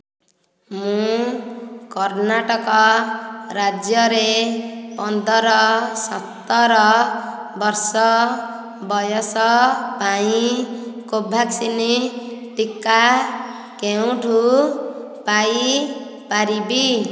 ମୁଁ କର୍ଣ୍ଣାଟକ ରାଜ୍ୟରେ ପନ୍ଦର ସତର ବର୍ଷ ବୟସ ପାଇଁ କୋଭାକ୍ସିନ୍ ଟିକା କେଉଁଠାରୁ ପାଇ ପାରିବି